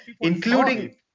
including